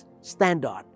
standard